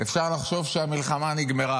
אפשר לחשוב שהמלחמה נגמרה.